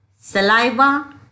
saliva